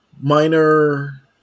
minor